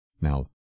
Now